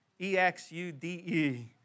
E-X-U-D-E